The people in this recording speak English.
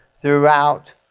throughout